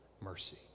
mercy